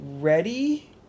ready